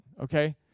Okay